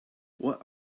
what